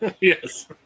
Yes